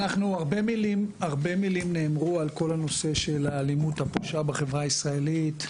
הרבה מילים נאמרו על כל הנושא של האלימות הפושה בחברה הישראלית,